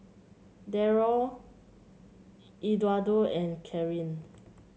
Darold Eduardo and Karyn